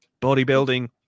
bodybuilding